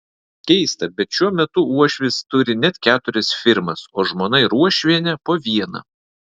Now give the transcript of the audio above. keista bet šiuo metu uošvis turi net keturias firmas o žmona ir uošvienė po vieną